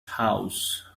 house